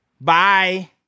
Bye